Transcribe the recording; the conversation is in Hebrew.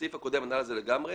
הסעיף הקודם ענה לזה לגמרי